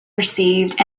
received